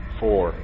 four